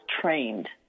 trained